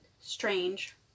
strange